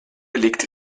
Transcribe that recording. legte